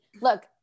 look